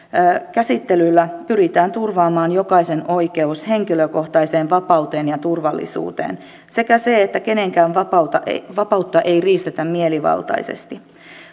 käsittelyllä pyritään turvaamaan jokaisen oikeus henkilökohtaiseen vapauteen ja turvallisuuteen sekä se että kenenkään vapautta ei riistetä mielivaltaisesti